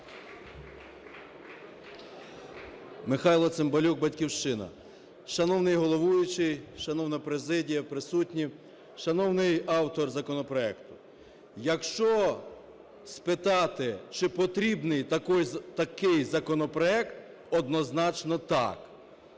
Михайло Цимбалюк. "Батьківщина". Шановний головуючий, шановна президія, присутні, шановний автор законопроекту! Якщо спитати чи потрібний такий законопроект, однозначно - так.